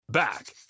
Back